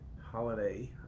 holiday